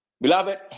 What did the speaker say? Beloved